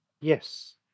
yes